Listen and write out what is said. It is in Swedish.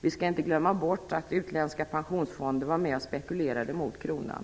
Vi skall inte glömma bort att utländska pensionsfonder bidrog till spekulationerna mot kronan.